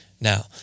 Now